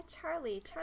charlie